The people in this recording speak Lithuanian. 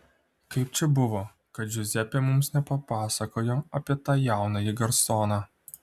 kaip čia buvo kad džiuzepė mums nepapasakojo apie tą jaunąjį garsoną